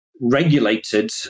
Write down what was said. regulated